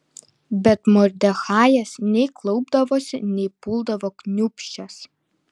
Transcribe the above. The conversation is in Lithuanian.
bet mordechajas nei klaupdavosi nei puldavo kniūbsčias